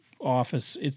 office